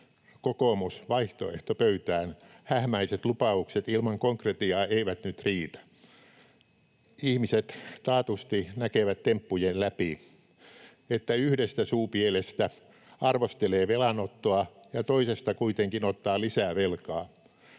Kokoomus, vaihtoehto pöytään — hähmäiset lupaukset ilman konkretiaa eivät nyt riitä. Ihmiset taatusti näkevät temppujen läpi: että yhdestä suupielestä arvostelee velanottoa ja toisesta kuitenkin ottaa lisää velkaa.